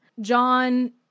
John